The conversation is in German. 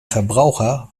verbraucher